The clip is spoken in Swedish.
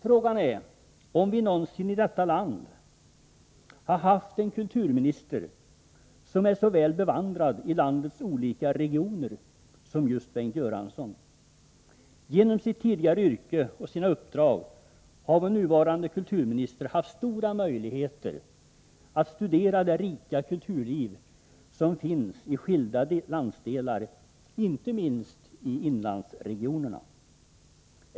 Frågan är om vi någonsin i detta land har haft en kulturminister som är så väl bevandrad i landets olika regioner som just Bengt Göransson. Genom sitt tidigare yrke och sina uppdrag har vår nuvarande kulturminister haft stora möjligheter att studera det rika kulturliv som finns i skilda landsdelar, inte minst i inlandsregionerna.